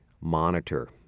monitor